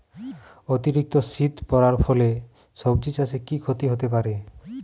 অতিরিক্ত শীত পরার ফলে সবজি চাষে কি ক্ষতি হতে পারে?